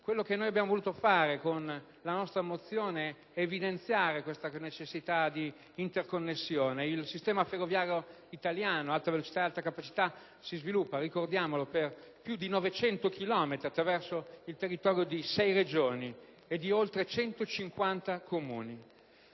Quello che abbiamo voluto fare con la nostra mozione è evidenziare questa capacità di interconnessione. Il sistema ferroviario italiano ad Alta velocità/Alta capacità si sviluppa, lo ricordo, per più di 900 chilometri, attraverso il territorio di sei Regioni e di oltre 150 Comuni.